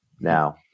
now